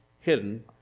hidden